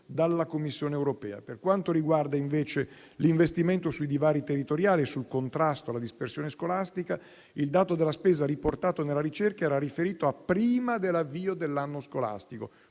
dalla Commissione europea. Per quanto riguarda invece l'investimento sui divari territoriali e sul contrasto alla dispersione scolastica, il dato della spesa riportato nella ricerca era riferito a prima dell'avvio dell'anno scolastico,